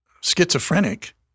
schizophrenic